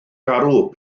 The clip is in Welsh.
garw